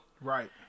right